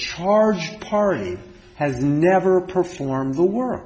charge party has never performed the wor